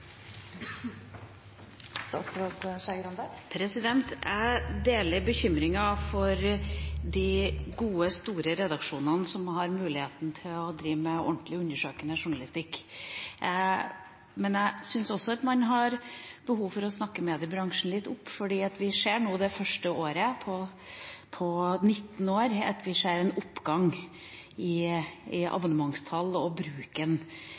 Jeg deler bekymringen for de gode, store redaksjonene som har mulighet til å drive med ordentlig undersøkende journalistikk. Men jeg syns også at det er et behov for å snakke mediebransjen litt opp. Vi ser nå for første gang på 19 år en oppgang i abonnementstall og i bruken av media. Vi ser at det har vært en